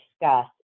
discuss